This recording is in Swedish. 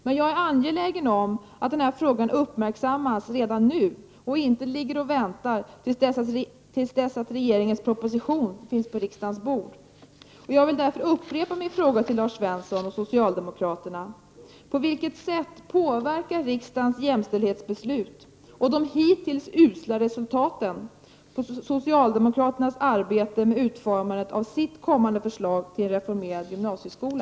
Men jag är angelägen om att denna fråga uppmärksammas redan nu och inte ligger och väntar till dess att regeringens proposition ligger på riksdagens bord. Jag vill därför upprepa min fråga till Lars Svensson och socialdemokraterna: På vilket sätt påverkar riksdagens jämställdhetsbeslut och de hittills usla resultaten socialdemokraternas arbete med utformandet av sitt kommande förslag till en reformerad gymnasieskola?